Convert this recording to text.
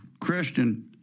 Christian